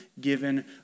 given